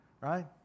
right